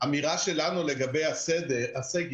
האמירה שלנו לגבי הסגר,